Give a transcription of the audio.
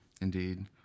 Indeed